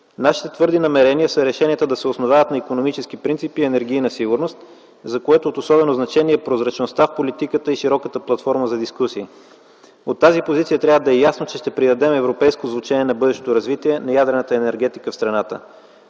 Нашите твърди намерения са решенията да се основават на икономически принципи и енергийна сигурност, за което от особено значение е прозрачността в политиката и широката платформа за дискусии. От тази позиция трябва да е ясно, че ще придадем европейско звучене на бъдещото развитие на ядрената енергетика в страната.